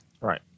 Right